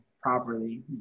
properly